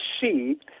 see